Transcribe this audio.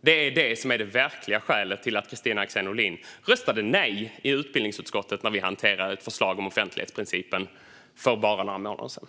Det är det verkliga skälet till att Kristina Axén Olin röstade nej i utbildningsutskottet när vi hanterade ett förslag om offentlighetsprincipen för bara några månader sedan.